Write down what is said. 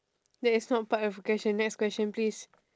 that is not part of the question next question please